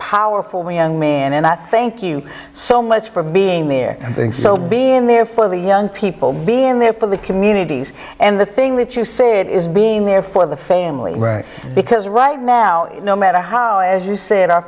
powerful young man and i thank you so much for being there being so being there for the young people being there for the communities and the things that you say it is being there for the family because right now no matter how as you said our